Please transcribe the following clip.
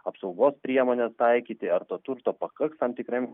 apsaugos priemones taikyti ar to turto pakaks tam tikriem